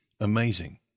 amazing